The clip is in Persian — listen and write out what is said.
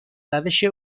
روش